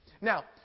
Now